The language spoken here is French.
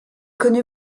connu